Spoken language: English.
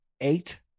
Eight